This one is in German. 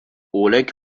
oleg